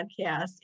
podcast